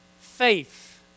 faith